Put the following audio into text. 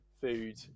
food